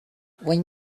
when